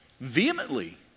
vehemently